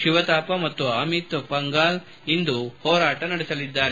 ಶಿವಥಾಪ ಮತ್ತು ಅಮಿತ್ ಪಂಘಾಲ್ ಇಂದು ಹೋರಾಟ ನಡೆಸಲಿದ್ದಾರೆ